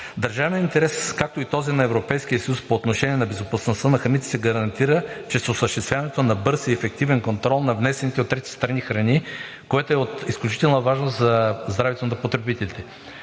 Държавният интерес, както и този на Европейския съюз по отношение на безопасността на храните, се гарантира чрез осъществяването на бърз и ефективен контрол на внесените от трети страни храни, което е от изключителна важност за здравето на потребителите.